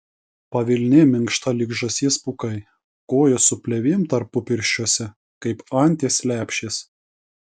pavilnė minkšta lyg žąsies pūkai kojos su plėvėm tarpupirščiuose kaip anties lepšės